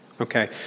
Okay